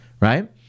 right